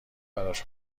براش